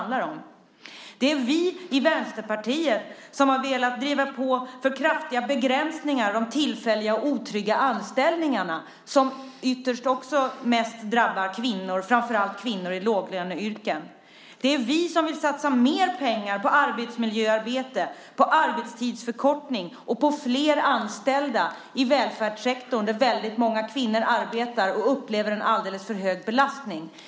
Det är vi i Vänsterpartiet som har velat driva på för kraftiga begränsningar i de tillfälliga och otrygga anställningarna som ytterst mest drabbar kvinnor, framför allt kvinnor i låglöneyrken. Det är vi som vill satsa mer pengar på arbetsmiljöarbete, på arbetstidsförkortning och på flera anställda i välfärdssektorn, där väldigt många kvinnor arbetar och upplever en alldeles för hög belastning.